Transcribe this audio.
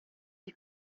die